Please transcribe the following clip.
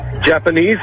japanese